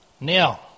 Now